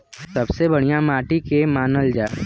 सबसे बढ़िया माटी के के मानल जा?